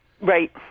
Right